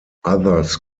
others